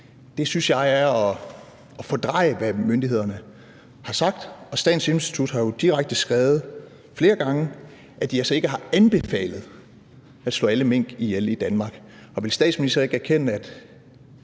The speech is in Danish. det, synes jeg er at fordreje, hvad myndighederne har sagt. Og Statens Serum Institut har jo direkte skrevet flere gange, at de altså ikke har anbefalet at slå alle mink i Danmark ihjel. Vil statsministeren så ikke anerkende, at